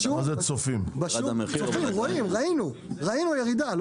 בשום ראינו ירידה.